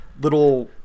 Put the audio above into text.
little